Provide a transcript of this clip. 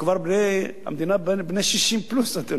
המדינה בת 60 פלוס,